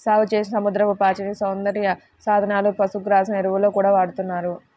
సాగుచేసిన సముద్రపు పాచిని సౌందర్య సాధనాలు, పశుగ్రాసం, ఎరువుల్లో గూడా వాడతన్నారు